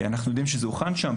אנחנו יודעים שזה הוכן שם,